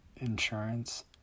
insurance